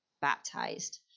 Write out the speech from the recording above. baptized